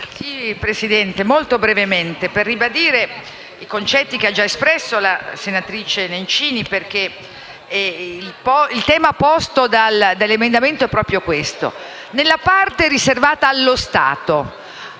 Presidente, intervengo per ribadire i concetti che ha già espresso la senatrice Bencini. Il tema posto dall'emendamento 4.0.4 è proprio questo: nella parte riservata allo Stato,